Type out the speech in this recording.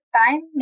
time